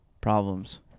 problems